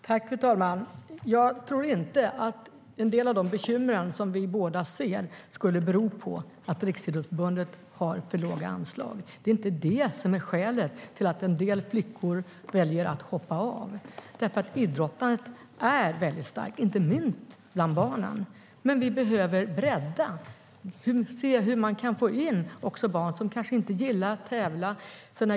Fru talman! Jag tror inte att en del av de bekymmer som vi båda ser skulle bero på att Riksidrottsförbundet har för låga anslag. Det är inte det som är skälet till att en del flickor väljer att hoppa av. Idrottandet är väldigt starkt, inte minst bland barnen, men vi behöver bredda det och få in också barn som kanske inte gillar att tävla.